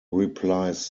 replies